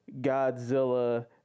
Godzilla